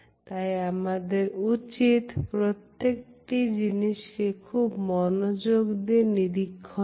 তাই আমাদের উচিত প্রত্যেকটি জিনিসকে খুব মনোযোগ দিয়ে নিরীক্ষণ করা